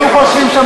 אתם חושבים,